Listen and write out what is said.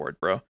bro